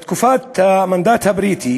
בתקופת המנדט הבריטי